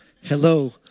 Hello